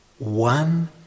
One